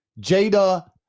Jada